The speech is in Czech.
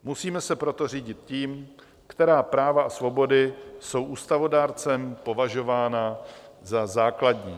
Musíme se proto řídit tím, která práva a svobody jsou ústavodárcem považována za základní.